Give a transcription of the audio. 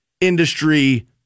industry